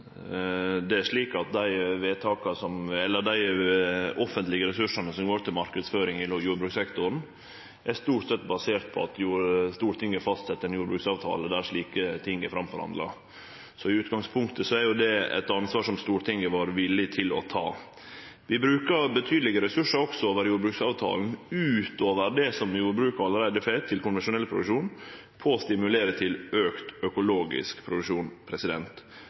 Det er slik at dei offentlege ressursane som går til marknadsføring i jordbrukssektoren, stort sett er baserte på at Stortinget fastset ein jordbruksavtale der slike ting er forhandla fram. Så i utgangspunktet er det eit ansvar som Stortinget var villig til å ta. Vi brukar betydelege ressursar også over jordbruksavtalen – utover det som jordbruket allereie får til konvensjonell produksjon – på å stimulere til auka økologisk produksjon.